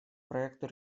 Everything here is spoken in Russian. проекту